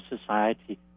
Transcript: Society